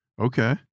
Okay